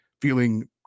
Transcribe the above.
feeling